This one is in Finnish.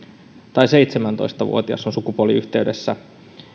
tai seitsemäntoista vuotias on sukupuoliyhteydessä